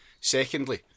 Secondly